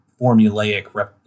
formulaic